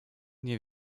nie